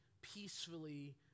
peacefully